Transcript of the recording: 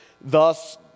thus